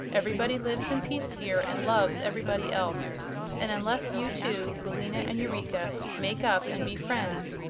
everybody lives in peace here, and loves everybody else and unless you two, billina and eureka, make up and be friends,